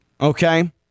Okay